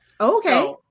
Okay